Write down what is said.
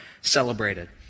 celebrated